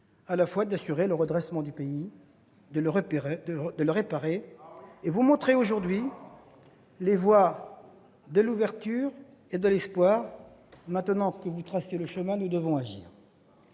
à la fois d'assurer le redressement du pays et de le réparer. Ah oui ! Vous montrez aujourd'hui les voies de l'ouverture et de l'espoir. Maintenant que vous tracez le chemin, nous devons agir.